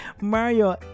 Mario